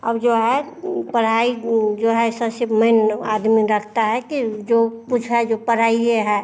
अब जो है पढ़ाई जो है सबसे मेन आदमी रखता है कि जो कुछ है जो पढ़ाई है